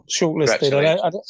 Shortlisted